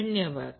धन्यवाद